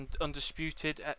undisputed